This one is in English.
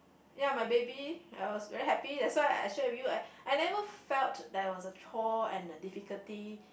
ya my baby I was very happy that's why I share with you I I never felt there was the chore and the difficulty